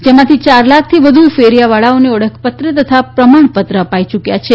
જેમાંથી ચાર લાખ થી વધુ ફેરીયાવાળાઓને ઓળખપત્ર તથા પ્રમાણપત્ર અપાઈ યૂક્યા છે